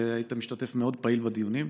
היית משתתף פעיל מאוד בדיונים.